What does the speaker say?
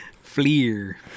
Fleer